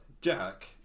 Jack